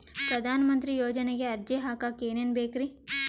ಪ್ರಧಾನಮಂತ್ರಿ ಯೋಜನೆಗೆ ಅರ್ಜಿ ಹಾಕಕ್ ಏನೇನ್ ಬೇಕ್ರಿ?